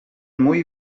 muy